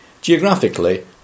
Geographically